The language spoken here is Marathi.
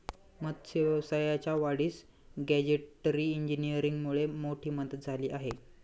मत्स्य व्यवसायाच्या वाढीस गॅजेटरी इंजिनीअरिंगमुळे मोठी मदत झाली आहे